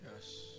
Yes